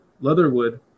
Leatherwood